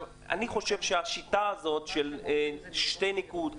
אני חושב שהשיטה הזאת של שתי נקודות,